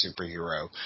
superhero